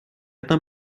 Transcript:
там